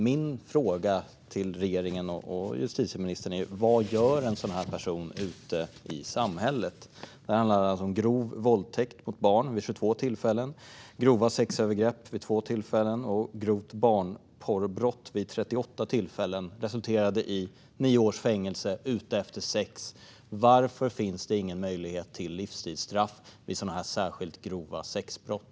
Min fråga till regeringen och justitieministern är: Vad gör en sådan person ute i samhället? Det handlar alltså om grov våldtäkt mot barn vid 22 tillfällen, grova sexövergrepp vid 2 tillfällen och grovt barnporrbrott vid 38 tillfällen. Det resulterade i nio års fängelse, men personen kom ut efter sex år. Varför finns det ingen möjlighet till livstidsstraff vid sådana särskilt grova sexbrott?